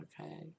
okay